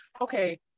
okay